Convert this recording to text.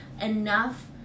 enough